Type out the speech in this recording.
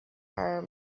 are